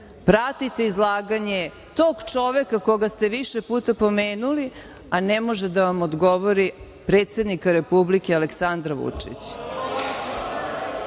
pratite izlaganje tog čoveka koga ste više puta pomenuli a ne može da vam odgovori, predsednika Republike Aleksandra Vučića,